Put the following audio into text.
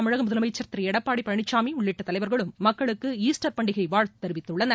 தமிழக முதலமைச்சர் திரு எடப்பாடி பழனிசாமி உள்ளிட்ட தலைவர்களும் மக்களுக்கு ஈஸ்டர் பண்டிகை வாழ்த்து தெரிவித்துள்ளனர்